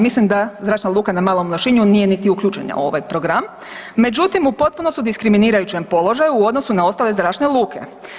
Mislim da Zračna luka na Malom Lošinju nije niti uključena u ovaj program međutim u potpuno su diskriminirajućem položaju u odnosu na ostale zračne luke.